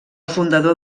fundador